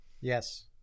Yes